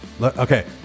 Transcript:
Okay